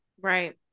Right